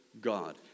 God